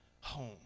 home